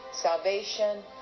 salvation